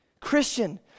Christian